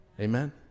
Amen